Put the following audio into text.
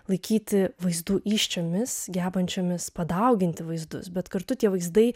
laikyti vaizdų įsčiomis gebančiomis padauginti vaizdus bet kartu tie vaizdai